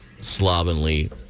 slovenly